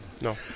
No